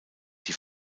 die